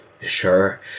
sure